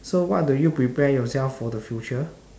so what do you prepare yourself for the future